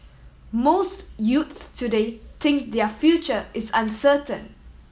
most youths today think their future is uncertain